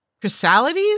Chrysalides